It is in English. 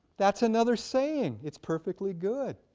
that's another saying, its perfectly good.